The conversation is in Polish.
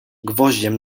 gwoździem